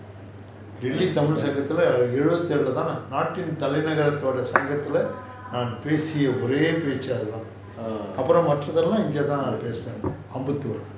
delhi tamil சங்கத்துல எழுபத்தி ஏழுல தான் நாட்டின் தலை நகரதோட சங்கத்துல நான் பேசிய ஒரே பேச்சு இங்க தான் அப்புறம் எல்லாம் இங்க தான் பேசுனேன்:sangathula ezhupathi ezhulae thaan naatin thalai nagarathoda sangathula naan pesiya ore paechu inga thaan appuram ellaam inga than paesunaen ambattur